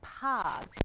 paths